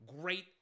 great